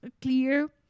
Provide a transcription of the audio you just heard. clear